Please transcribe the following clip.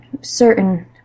certain